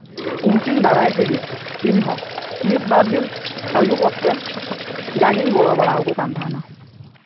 ᱩᱱᱠᱤᱱ ᱫᱟᱨᱟᱭ ᱛᱮᱜᱮ ᱤᱧᱦᱚᱸ ᱢᱤᱫᱼᱵᱟᱨ ᱫᱤᱱ ᱟᱭᱩᱵ ᱚᱠᱛᱚ ᱡᱟᱜᱮᱧ ᱜᱚᱲᱚ ᱵᱟᱲᱟᱣᱟᱠᱚ ᱠᱟᱱ ᱛᱟᱦᱮᱱᱟ